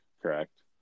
correct